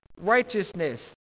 righteousness